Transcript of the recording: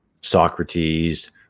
socrates